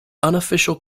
unofficial